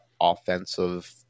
offensive